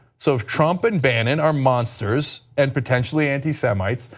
so if trump and bannon are monsters and potentially anti-semites,